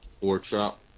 Workshop